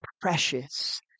precious